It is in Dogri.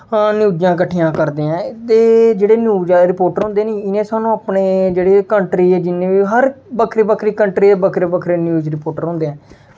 आं न्यूज़ां कट्ठियां करदे ऐं ते जेह्ड़े न्यूज़ आह्ले रिपोर्टर होंदे नी इ'नें सानूं अपनी जेह्ड़ी कंट्री ऐ जि'न्नें बी हर बक्खरी बक्खरी कंट्री दे बक्खरे बक्खरे न्यूज़ रिपोर्टर होंदे ऐ